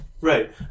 right